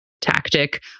tactic